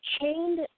chained